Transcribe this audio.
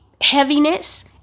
heaviness